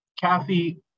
Kathy